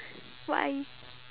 why